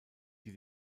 die